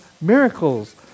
miracles